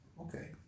Okay